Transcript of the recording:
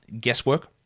guesswork